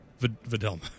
Videlma